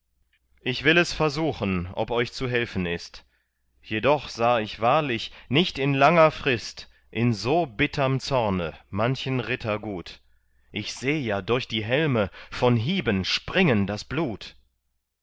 ich will es versuchen ob euch zu helfen ist jedoch sah ich wahrlich nicht in langer frist in so bitterm zorne manchen ritter gut ich seh ja durch die helme von hieben springen das blut